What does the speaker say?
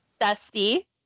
Dusty